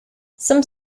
some